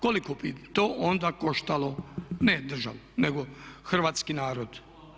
Koliko bi to onda koštalo ne državu nego hrvatski narod.